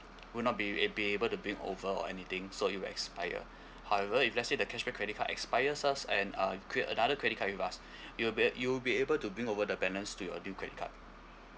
would not be be able to bring over or anything so it'll expired however if let's say the cashback credit card expires and uh you create another credit card with us it will you would be able to bring over the balance to your new credit card